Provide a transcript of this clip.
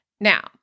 Now